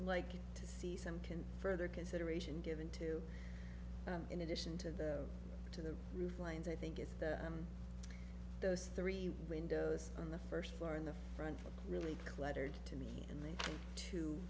like to see some can further consideration given to in addition to the to the roofline i think it's those three windows on the first floor in the front really